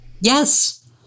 Yes